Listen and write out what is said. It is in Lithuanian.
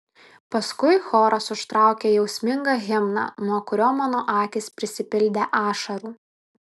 paskui choras užtraukė jausmingą himną nuo kurio mano akys prisipildė ašarų